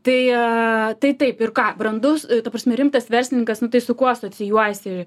tai tai taip ir ką brandus ta prasme rimtas verslininkas nu tai su kuo asocijuojasi